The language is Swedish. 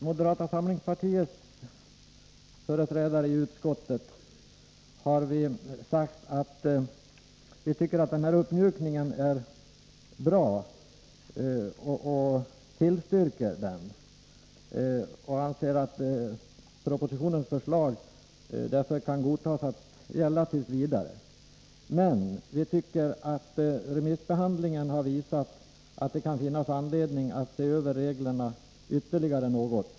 Moderata samlingspartiets företrädare i utskottet tycker att denna uppmjukning är bra och tillstyrker den. Vi anser att propositionens förslag kan godtas att gälla tills vidare, men vi tycker att remissbehandlingen har visat att det kan finnas anledning att se över reglerna ytterligare något.